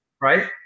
right